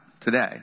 today